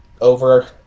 over